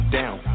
down